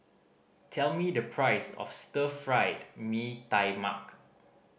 tell me the price of Stir Fried Mee Tai Mak